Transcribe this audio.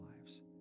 lives